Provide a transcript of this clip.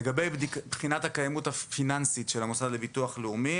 לגבי בחינת הקיימות הפיננסית של המוסד לביטוח לאומי